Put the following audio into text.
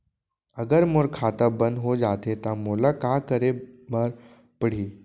अगर मोर खाता बन्द हो जाथे त मोला का करे बार पड़हि?